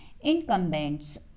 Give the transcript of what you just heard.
incumbents